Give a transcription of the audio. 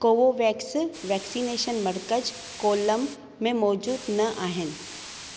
Covovax vaccination मर्कज़ कोल्लम में मौजूदु न आहिनि